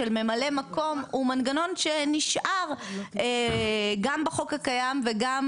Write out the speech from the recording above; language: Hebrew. ממלא מקום הוא מנגנון שנשאר גם בחוק הקיים וגם